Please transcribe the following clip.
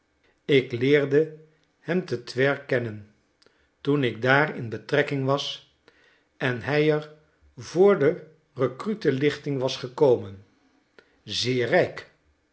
ik leerde hem te twer kennen toen ik daar in betrekking was en hij er voor de recrutenlichting was gekomen zeer rijk